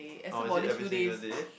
oh is it every single day